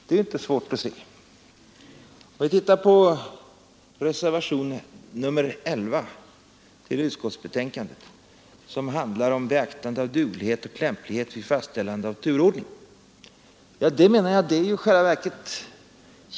Vi kan t.ex. se på reservationen 11, som handlar om beaktande av duglighet och lämplighet vid fastställande av turordning för arbetsbristsituationer.